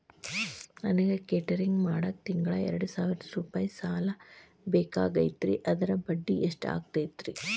ನನಗ ಕೇಟರಿಂಗ್ ಮಾಡಾಕ್ ತಿಂಗಳಾ ಎರಡು ಸಾವಿರ ರೂಪಾಯಿ ಸಾಲ ಬೇಕಾಗೈತರಿ ಅದರ ಬಡ್ಡಿ ಎಷ್ಟ ಆಗತೈತ್ರಿ?